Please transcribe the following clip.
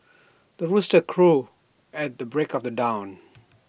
the rooster crows at the break of dawn